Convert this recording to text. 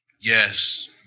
Yes